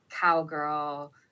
cowgirl